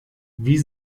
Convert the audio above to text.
wie